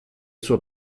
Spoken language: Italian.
suo